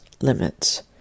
limits